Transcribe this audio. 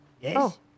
Yes